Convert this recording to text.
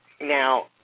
Now